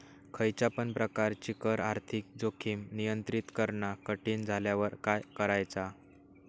खयच्या पण प्रकारची कर आर्थिक जोखीम नियंत्रित करणा कठीण झाल्यावर काय करायचा?